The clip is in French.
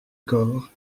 corre